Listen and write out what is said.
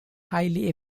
highly